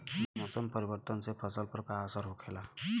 मौसम परिवर्तन से फसल पर का असर होखेला?